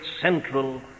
central